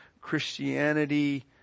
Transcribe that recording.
Christianity